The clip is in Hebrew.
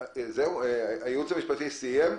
הייעוץ המשפטי סיים?